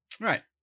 Right